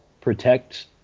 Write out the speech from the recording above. protect